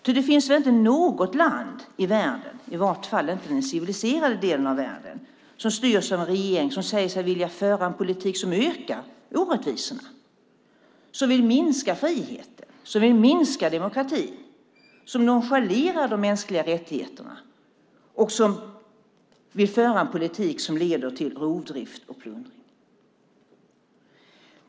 Ty det finns väl inte något land i världen - i vart fall inte i den civiliserade delen av världen - som styrs av en regering som säger sig vilja föra en politik som ökar orättvisorna, en regering som vill minska friheten, som vill minska demokratin, som nonchalerar de mänskliga rättigheterna och som vill föra en politik som leder till rovdrift och plundring.